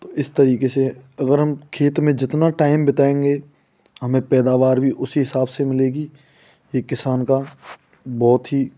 तो इस तरीके से अगर हम खेत में जितना टाइम बिताएंगे हमें पैदावार भी उसी हिसाब से मिलेगी ये किसान का बहुत ही